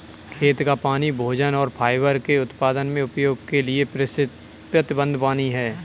खेत का पानी भोजन और फाइबर के उत्पादन में उपयोग के लिए प्रतिबद्ध पानी है